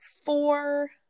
four